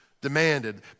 demanded